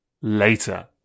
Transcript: later